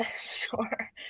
sure